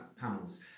panels